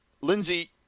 Lindsey